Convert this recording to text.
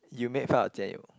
you made fun of Jian-Yong